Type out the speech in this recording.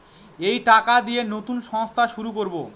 এই টাকা দিয়ে নতুন সংস্থা শুরু করবো